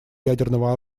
ядерного